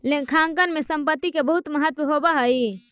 लेखांकन में संपत्ति के बहुत महत्व होवऽ हइ